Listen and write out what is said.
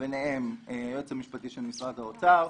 וביניהם היועץ המשפטי של משרד האוצר.